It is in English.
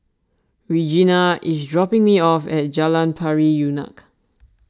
Regina is dropping me off at Jalan Pari Unak